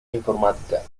informática